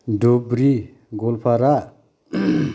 Dhubri Goalpara